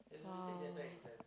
!wow!